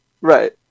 Right